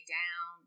down